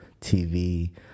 TV